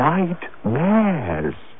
Nightmares